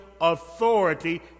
authority